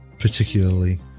Particularly